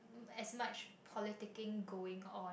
as much politicing going on